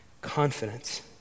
Confidence